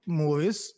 movies